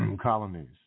colonies